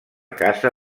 casa